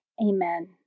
Amen